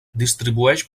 distribueix